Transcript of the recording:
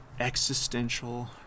existential